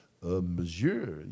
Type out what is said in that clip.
Monsieur